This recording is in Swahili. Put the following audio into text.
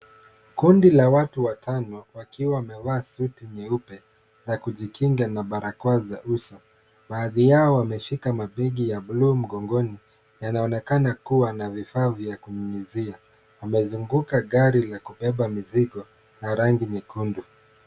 Kundi la watu watano wakiwa wamevaa suti nyeupe za kujikinga, na baraza uso. Baadhi yao wameshika mabegi ya bluu mgongoni, yanaonekana kuwa na vifaa vya kunyunyuzia. Wamezunguka gari la kubeba mizigo la rangi nyekundu.